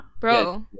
bro